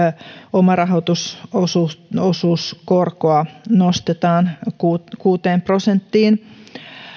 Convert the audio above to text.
omarahoitusosuuskorkoa nostetaan kuuteen prosenttiin